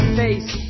face